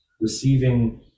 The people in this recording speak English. receiving